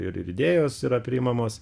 ir idėjos yra priimamos